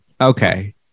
Okay